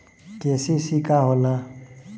KCC का होला?